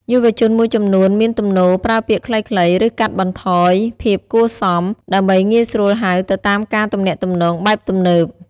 យុវជនមួយចំនួនមានទំនោរប្រើពាក្យខ្លីៗ ឬកាត់បន្ថយភាពគួរសម ដើម្បីងាយស្រួលហៅទៅតាមការទំនាក់ទំនងបែបទំនើប។